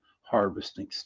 harvesting